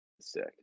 sick